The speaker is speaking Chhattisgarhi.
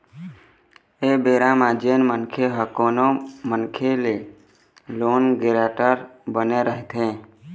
ऐ बेरा म जेन मनखे ह कोनो मनखे के लोन गारेंटर बने रहिथे